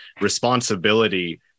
responsibility